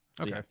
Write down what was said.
okay